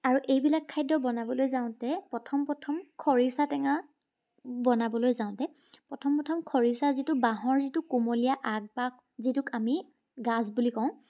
আৰু এইবিলাক খাদ্য বনাবলৈ যাওঁতে প্ৰথম প্ৰথম খৰিচা টেঙা বনাবলৈ যাওঁতে প্ৰথম প্ৰথম খৰিচা যিটো বাঁহৰ যিটো কুমলীয়া আগ বা যিটোক আমি গাজ বুলি কওঁ